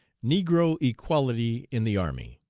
negro equality in the army.